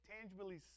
tangibly